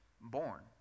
born